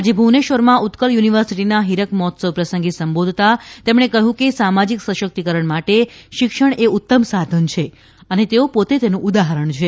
આજે ભુવનેશ્વરમાં ઉત્કલ યુનિવર્સિટીના હીરક મહોત્સવ પ્રસંગે સંબોધતાં તેમણે કહ્યું કે સામાજીક સશક્તિકરણ માટે શિક્ષણ એ ઉત્તમ સાધન છે અને તેઓ પોતે તેનું ઉદાહરણ છે